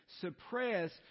suppress